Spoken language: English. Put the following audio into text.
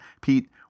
pete